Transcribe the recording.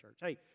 Hey